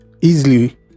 easily